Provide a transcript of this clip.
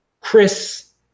Chris